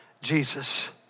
Jesus